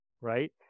right